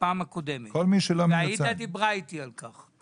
בפעם הקודמת, ועאידה דיברה איתי על כך.